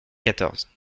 quatorze